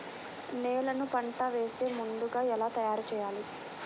నేలను పంట వేసే ముందుగా ఎలా తయారుచేయాలి?